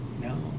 No